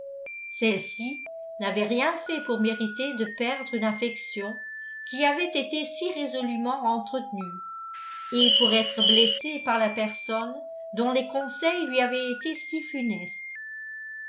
celle-ci n'avait rien fait pour mériter de perdre une affection qui avait été si résolument entretenue et pour être blessée par la personne dont les conseils lui avaient été si funestes